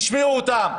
תשמעו אותם,